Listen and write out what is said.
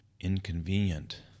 inconvenient